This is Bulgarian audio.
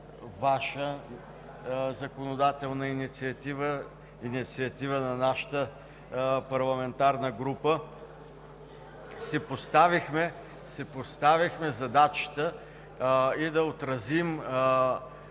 Ваша законодателна инициатива, инициатива на нашата парламентарна група, си поставихме задачата да отразим